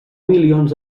milions